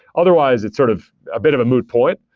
otherwise, it's sort of a bit of a moot point.